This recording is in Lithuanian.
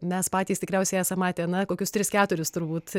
mes patys tikriausiai esam matę na kokius tris keturis turbūt